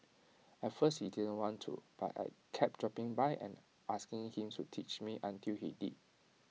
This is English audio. at first he didn't want to but I kept dropping by and asking him to teach me until he did